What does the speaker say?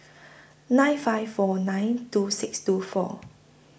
nine five four nine two six two four